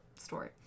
story